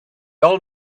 old